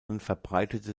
verbreitete